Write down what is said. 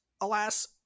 alas